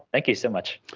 thank you so much.